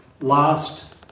last